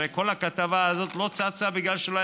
הרי כל הכתבה הזאת לא צצה בגלל שלא